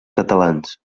catalans